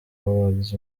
awards